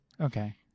Okay